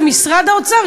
זה משרד האוצר,